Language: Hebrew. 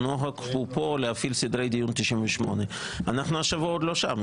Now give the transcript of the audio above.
הנוהג פה הוא להפעיל סדרי דיון 98. אנחנו עוד לא שם השבוע,